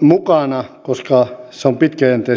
mukana koska se on pitkäjänteistä toimintaa